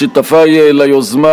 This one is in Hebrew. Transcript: לשותפי ליוזמה,